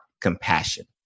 compassion